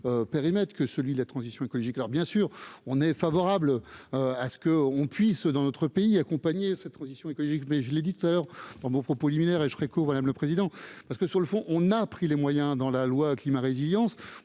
périmètre que celui de la transition écologique, alors bien sûr on est favorable à ce que on puisse, dans notre pays, accompagner cette transition écologique mais je l'éditeur dans mon propos liminaire et je serai court Madame le président, parce que sur le fond, on a pris les moyens dans la loi climat résilience